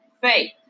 Faith